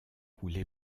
roulé